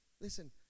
Listen